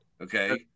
Okay